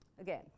again